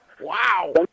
Wow